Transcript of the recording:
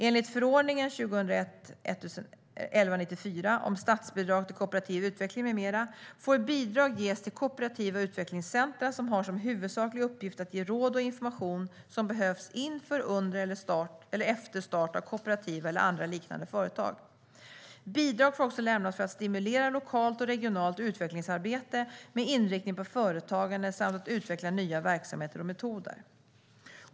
Enligt förordningen om statsbidrag till kooperativ utveckling, m.m. får bidrag ges till kooperativa utvecklingscentra som har som huvudsaklig uppgift att ge råd och information som behövs inför, under och efter start av kooperativa och andra liknande företag. Bidrag får också lämnas för att stimulera lokalt och regionalt utvecklingsarbete med inriktning på företagande samt för att utveckla nya verksamheter och metoder.